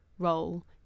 Role